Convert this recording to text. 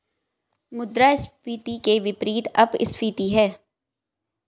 मुद्रास्फीति के विपरीत अपस्फीति है